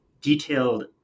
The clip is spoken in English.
detailed